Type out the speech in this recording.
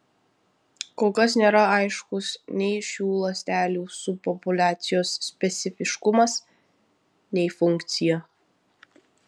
kol kas nėra aiškus nei šių ląstelių subpopuliacijos specifiškumas nei funkcija